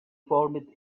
formed